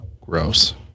Gross